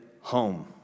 home